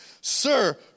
Sir